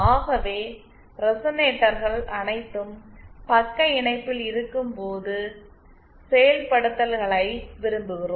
ஆகவே ரெசனேட்டர்கள் அனைத்தும் பக்க இணைப்பில் இருக்கும் போது செயல்படுத்தல்களை விரும்புகிறோம்